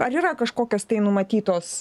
ar yra kažkokios tai numatytos